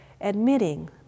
admitting